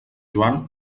joan